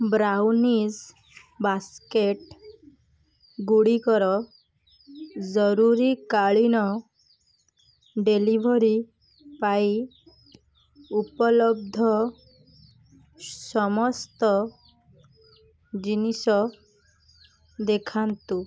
brownies basket ଗୁଡ଼ିକର ଜରୁରୀକାଳୀନ delivery ପାଇଁ ଉପଲବ୍ଧ ସମସ୍ତ ଜିନିଷ ଦେଖାନ୍ତୁ